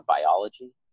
biology